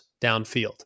downfield